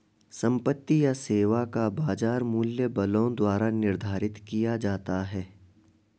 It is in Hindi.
संपत्ति या सेवा का बाजार मूल्य बलों द्वारा निर्धारित किया जाता है